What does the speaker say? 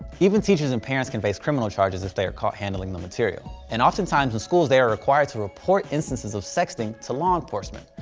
even teachers and parents can face criminal charges if they are caught handling the material. and often times in schools, they're required to report instances of sexting to law enforcement.